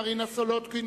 מרינה סולודקין,